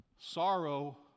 sorrow